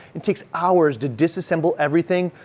it takes hours to disassemble everything,